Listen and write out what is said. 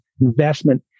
investment